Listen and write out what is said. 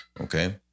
okay